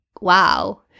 wow